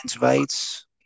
rights